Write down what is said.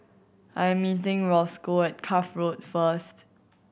I'm meeting Rosco at Cuff Road first